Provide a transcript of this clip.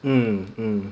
mm mm